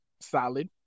Solid